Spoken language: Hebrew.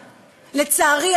ולצערי,